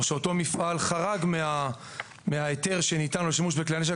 שאותו מפעל חרג מההיתר שניתן לו לשימוש בכלי הנשק,